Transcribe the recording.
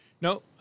no